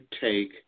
take